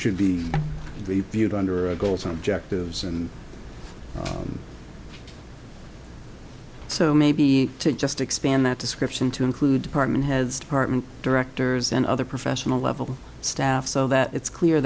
should be reviewed under a goals and objectives and so maybe to just expand that description to include apartment has department directors and other professional level staff so that it's clear